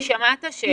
היא שמעה את השאלה.